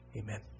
Amen